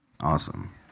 Awesome